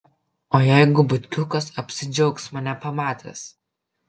o jeigu butkiukas apsidžiaugs mane pamatęs